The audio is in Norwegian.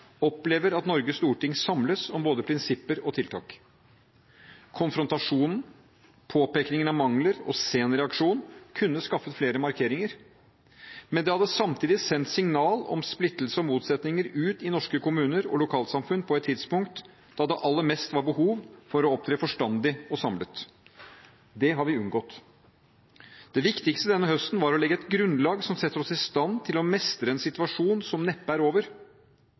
opplever at Norges storting samles om både prinsipper og tiltak. Konfrontasjonen, påpekningen av mangler og sen reaksjon kunne skaffet flere markeringer, men det hadde samtidig sendt signal om splittelse og motsetninger ut i norske kommuner og lokalsamfunn på et tidspunkt da det aller mest var behov for å opptre forstandig og samlet. Det har vi unngått. Det viktigste denne høsten var å legge et grunnlag som setter oss i stand til å mestre en situasjon som neppe er over.